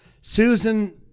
Susan